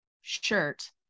shirt